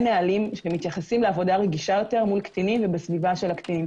נהלים שמתייחסים לעבודה רגישה יותר מול קטינים ובסביבה של קטינים.